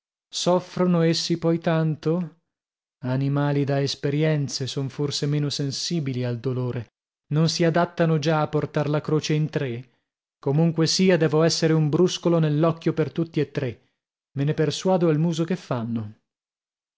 soffrono essi poi tanto animali da esperienze son forse meno sensibili al dolore non si adattano già a portar la croce in tre comunque sia devo essere un bruscolo nell'occhio per tutti e tre me ne persuado al muso che fanno